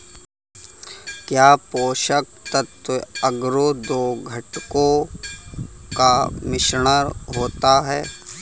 क्या पोषक तत्व अगरो दो घटकों का मिश्रण होता है?